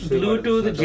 Bluetooth